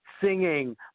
singing